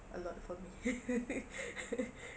a lot for me